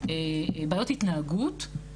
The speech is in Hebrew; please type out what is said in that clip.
בעיות התנהגות,